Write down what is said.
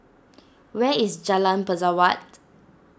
where is Jalan Pesawat